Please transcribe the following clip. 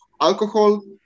alcohol